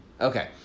Okay